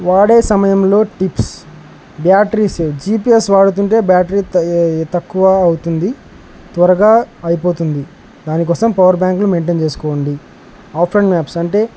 వాడే సమయంలో tips battery save GPS వాడుతుంటే బ్యాటరీ తక్కువ అవుతుంది త్వరగా అయిపోతుంది దానికోసం పవర్ బ్యాంకులు మెయింటైన్ చేసుకోండి ఆఫ్ అండ్ మ్యాప్స్ అంటే